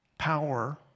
Power